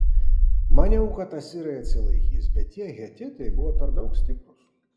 maniau kad asirai atsilaikys bet tie hetitai buvo per daug stiprūs